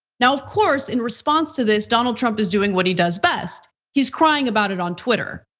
now of course, in response to this, donald trump is doing what he does best. he's crying about it on twitter.